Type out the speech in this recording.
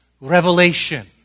revelation